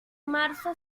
marzo